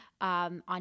on